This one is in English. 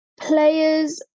players